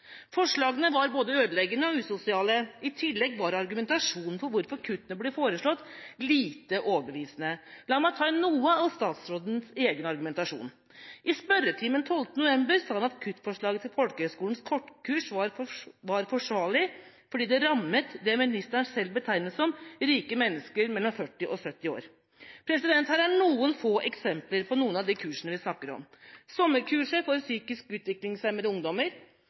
Forslagene var både ødeleggende og usosiale. I tillegg var argumentasjonen for hvorfor kuttene ble foreslått, lite overbevisende. La meg ta noe av statsrådens egen argumentasjon. I spørretimen 12. november sa han at kuttforslaget til folkehøyskolenes kortkurs var forsvarlig fordi det rammet det ministeren selv betegnet som rike mennesker mellom 40 og 70 år. Her er noen få eksempler på de kursene vi snakker om: sommerkurset for psykisk utviklingshemmede ungdommer,